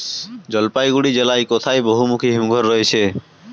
জলপাইগুড়ি জেলায় কোথায় বহুমুখী হিমঘর রয়েছে?